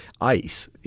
ICE